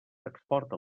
exporta